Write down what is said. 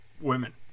women